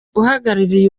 uhagarariye